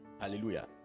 Hallelujah